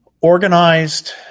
organized